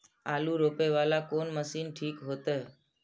आलू रोपे वाला कोन मशीन ठीक होते?